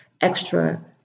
extra